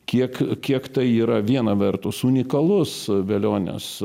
kiek kiek tai yra viena vertus unikalus velionės